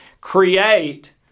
create